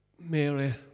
Mary